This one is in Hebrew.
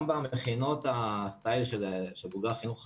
גם במכינות של בוגרי החינוך החרדי,